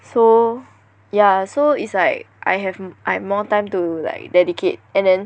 so ya so is like I have I have more time to like dedicate and then